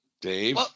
Dave